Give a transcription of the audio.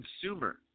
consumer